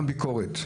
ביקורת,